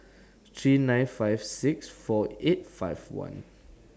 three nine five six four eight five one